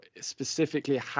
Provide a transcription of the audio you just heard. specifically